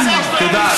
תודה.